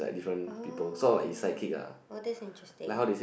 oh oh that's interesting